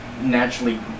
naturally